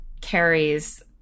carries